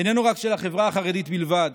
איננו רק של החברה החרדית בלבד.